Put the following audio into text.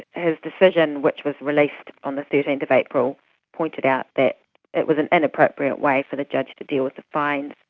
his decision, which was released on thirteen and april, pointed out that it was an inappropriate way for the judge to deal with the fines,